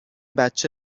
بچه